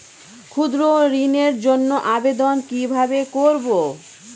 ক্ষুদ্র ঋণের জন্য আবেদন কিভাবে করব?